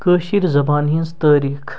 کٲشِر زبانہِ ہٕنٛز تٲریٖخ